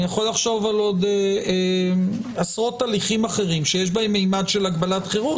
אני יכול לחשוב על עוד עשרות הליכים אחרים שיש בהם ממד של הגבלת חירות.